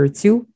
two